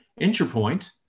Interpoint